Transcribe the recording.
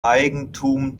eigentum